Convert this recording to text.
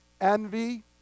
envy